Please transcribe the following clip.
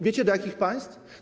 Wiecie do jakich państw?